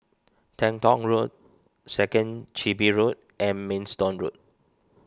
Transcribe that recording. Teng Tong Road Second Chin Bee Road and Maidstone Road